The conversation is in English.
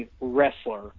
wrestler